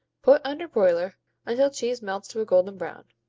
put under broiler until cheese melts to a golden brown.